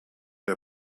der